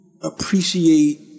appreciate